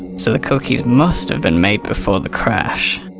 so the cookies must have been made before the crash.